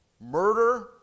murder